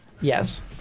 Yes